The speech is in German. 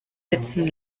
sitzen